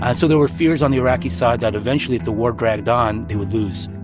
and so there were fears on the iraqi side that eventually, if the war dragged on, they would lose.